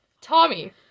Tommy